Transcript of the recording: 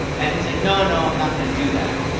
and he's like, no, no, i'm not going to do that.